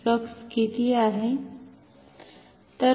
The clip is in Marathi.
फ्लक्स किती आहे